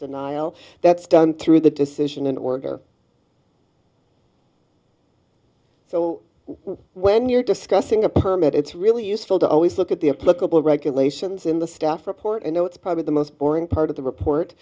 denial that's done through the decision in order so when you're discussing a permit it's really useful to always look at the a political regulations in the staff report and it's probably the most boring part of the report